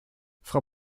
frau